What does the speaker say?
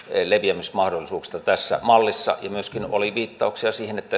leviämismahdollisuuksista tässä mallissa ja myöskin oli viittauksia siihen että